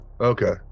Okay